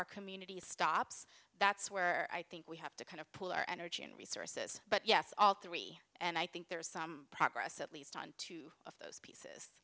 our community stops that's where i think we have to kind of pull our energy and resources but yes all three and i think there is some progress at least on two of those pieces